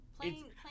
playing